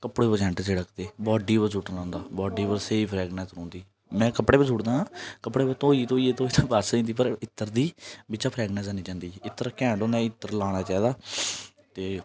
कपड़े उप्पर सैंट छिडके दे बाडी उप्पर सुट्टना होंदा बाडी उप्पर स्हेई फ्रैगनस रौंह्दी में कपड़े उप्पर सुटदा कपड़े धोई धोई बस होई जंदी पर इत्र दी जेह्ड़ी बिच्चा फ्रैगनस है नी जंदी इत्र कैंट होंदा ऐ इत्र लाना चाहिदा ते